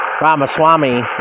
Ramaswamy